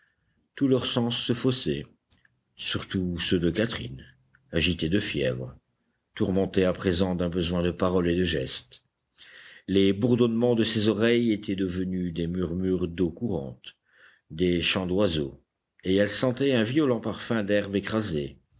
tous leurs sens se faussaient surtout ceux de catherine agitée de fièvre tourmentée à présent d'un besoin de paroles et de gestes les bourdonnements de ses oreilles étaient devenus des murmures d'eau courante des chants d'oiseaux et elle sentait un violent parfum d'herbes écrasées